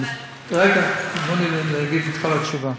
אבל, רגע, תנו לי להגיד את כל התשובה.